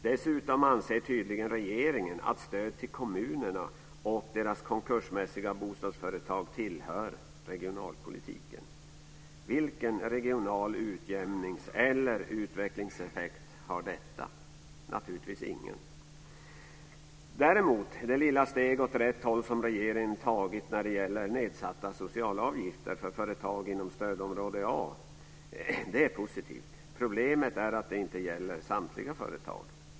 Dessutom anser tydligen regeringen att stöd till kommunerna och deras konkursmässiga bostadsföretag tillhör regionalpolitiken. Vilken regional utjämnings eller utvecklingseffekt har detta? Naturligtvis ingen. Däremot är det lilla steg åt rätt håll som regeringen tagit när det gäller nedsatta socialavgifter för företag inom stödområde A positivt. Problemet är att det inte gäller samtliga företag.